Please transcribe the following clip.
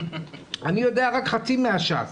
אני יודע רק חצי מהש"ס.